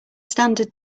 standard